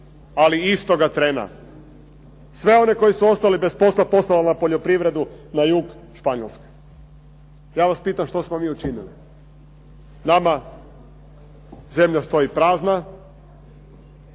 ali istoga trena, sve one koji su ostali bez posla na poljoprivredu na jug Španjolske. Ja vas pitam što smo mi učinili? Nama zemlja stoji prazna,